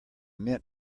mint